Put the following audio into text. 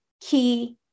key